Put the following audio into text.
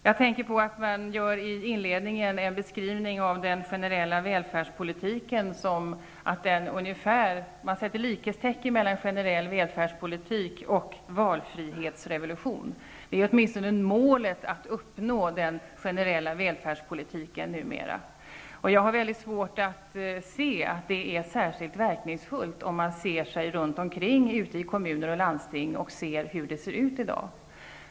Jag tänker på att man i inledningen gör en beskrivning av den generella välfärdspolitiken på så sätt att man sätter likhetstecken mellan generell välfärdspolitik och valfrihetsrevolution. Det är åtminstone målet numera, att uppnå den generella välfärdspolitiken. Jag har svårt att se att det är särskilt verkningsfullt, om man ser sig omkring ute i kommuner och landsting och ser hur det ser ut i dag.